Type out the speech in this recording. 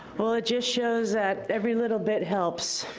well, it just shows that every little bit helps.